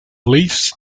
leafs